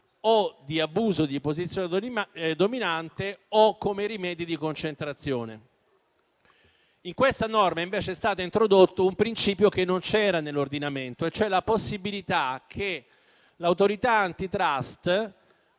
o di abuso di posizione dominante o come rimedi in operazioni di concentrazione. In questa norma, invece, è stato introdotto un principio che non c'era nell'ordinamento, ossia la possibilità che l'Autorità *antitrust*,